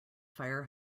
fire